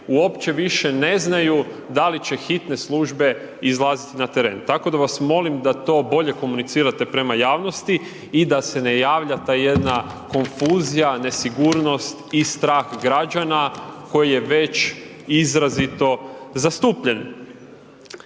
uopće više ne znaju da li će hitne službe izlaziti na teren, tako da vas molim da to bolje komunicirate prema javnosti i da se ne javlja ta jedna konfuzija, nesigurnost i strah građana koji je već izrazito zastupljen.